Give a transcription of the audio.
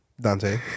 Dante